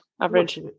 Average